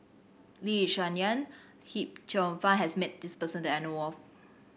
Lee Yi Shyan Hip Cheong Fun has met this person that I know of